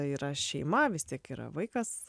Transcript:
yra šeima vis tiek yra vaikas